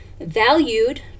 valued